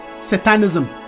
Satanism